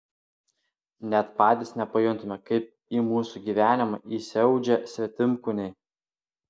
net patys nepajuntame kaip į mūsų gyvenimą įsiaudžia svetimkūniai